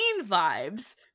vibes